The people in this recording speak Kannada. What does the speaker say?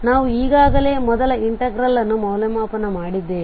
ಆದ್ದರಿಂದ ನಾವು ಈಗಾಗಲೇ ಮೊದಲ ಇನ್ಟೆಗ್ರಲ್ನ್ನು ಮೌಲ್ಯಮಾಪನ ಮಾಡಿದ್ದೇವೆ